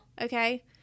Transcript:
Okay